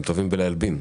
הם טובים בלהלבין.